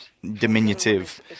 diminutive